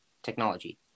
technology